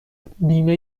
بیمه